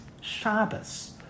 Shabbos